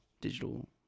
digital